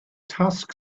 task